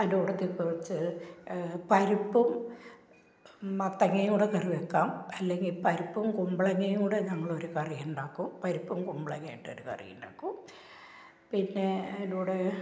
അതിന്റെ കൂട്ടത്തിൽ കുറച്ച് പരിപ്പും മത്തങ്ങയൂടെ കറി വെക്കാം അല്ലെങ്കിൽ പരിപ്പും കുമ്പളങ്ങയും കൂടി ഞങ്ങളൊരു കറിയുണ്ടാക്കും പരിപ്പും കുമ്പളങ്ങ ഇട്ടൊരു കറിയുണ്ടാക്കും പിന്നെ അതിൻ്റെ കൂടെ